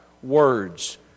Words